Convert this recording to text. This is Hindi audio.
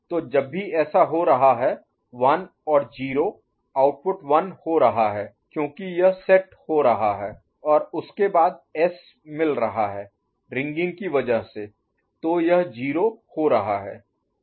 तो जब भी ऐसा हो रहा है 1 और 0 आउटपुट 1 हो रहा है क्योंकि यह सेट हो रहा है और उसके बाद जब S मिल रहा है रिंगिंग की वजह से है तो यह 0 हो रहा है